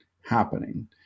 happening